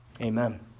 Amen